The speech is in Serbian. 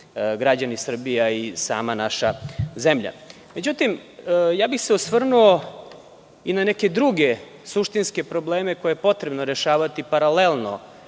građani Srbije, a i sama naša zemlja. Osvrnuo bih se i na neke druge suštinske probleme koje je potrebno rešavati paralelno